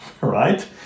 Right